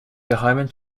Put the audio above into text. geheimen